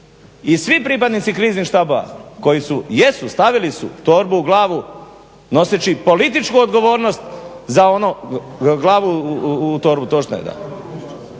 I svi pripadnici kriznih štabova koji su, jesu stavili su glavu u torbu noseći političku odgovornost za ono. Dakle, točno je,